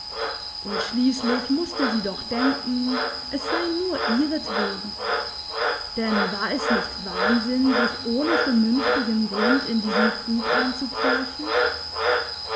und schliesslich musste sie doch denken es sei nur ihretwegen denn war es nicht wahnsinn sich ohne vernünftigen grund in diesen krug